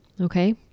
Okay